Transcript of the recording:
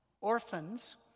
Orphans